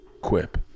Quip